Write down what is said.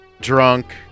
drunk